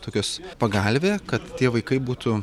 tokios pagalvė kad tie vaikai būtų